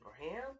Abraham